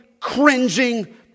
cringing